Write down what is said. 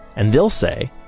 and they'll say,